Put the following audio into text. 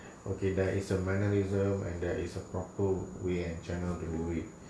okay there is a mannerism and there is a proper way and channel to do it